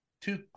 two